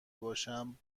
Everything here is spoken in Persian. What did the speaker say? باشم